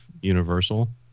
Universal